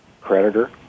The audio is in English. creditor